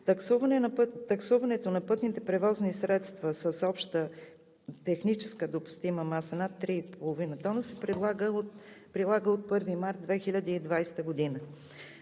Таксуването на пътните превозни средства с обща техническа допустима маса над 3,5 тона се прилага от 1 март 2020 г.